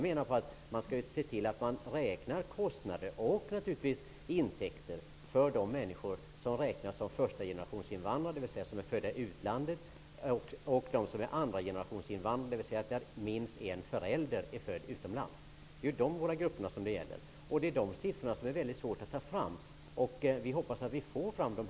Man skall räkna med utgifter och intäkter för de människor som räknas som förstagenerationsinvandrare, dvs. sådana som är födda i utlandet, och för andragenerationsinvandrare, dvs. sådana som har minst en förälder som är född utomlands. Det är de båda grupperna som det gäller. Sådana siffror är mycket svåra att ta fram, men vi hoppas att vi skall få fram dem.